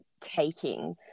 taking